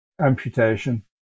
amputation